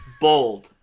bold